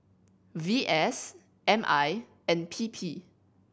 V S M I and P P